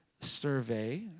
survey